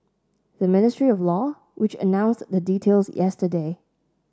the Ministry of Law which announced the details yesterday